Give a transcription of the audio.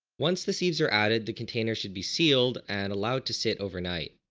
once the sieves are added the container should be sealed and allowed to sit overnight.